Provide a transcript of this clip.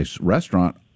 restaurant